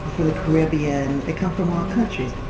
from the caribbean, they come from all countries.